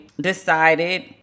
decided